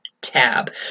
tab